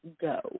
Go